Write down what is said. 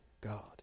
God